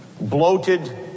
bloated